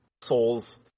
souls